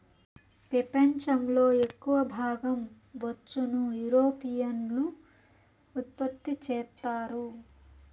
పెపంచం లో ఎక్కవ భాగం బొచ్చును యూరోపియన్లు ఉత్పత్తి చెత్తారు